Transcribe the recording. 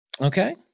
Okay